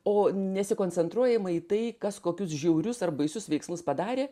o nesikoncentruojama į tai kas kokius žiaurius ar baisius veiksmus padarė